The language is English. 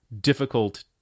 difficult